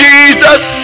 Jesus